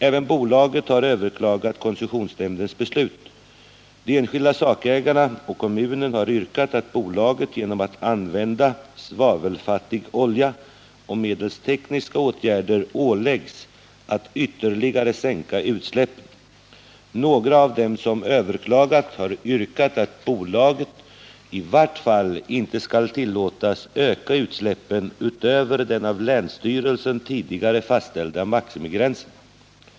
Även bolaget har överklagat koncessionsnämndens beslut. De enskilda sakägarna och kommunen har yrkat att bolaget åläggs att genom att använda svavelfattig olja och medelst tekniska åtgärder ytterligare sänka utsläppen. Några av dem som överklagat har yrkat att bolaget i vart fall inte skall tillåtas öka utsläppen utöver den av länsstyrelsen tidigare fastställda maximigränsen.